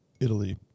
italy